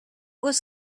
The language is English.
was